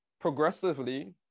progressively